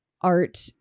art